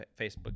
facebook